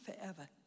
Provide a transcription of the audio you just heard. forever